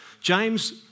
James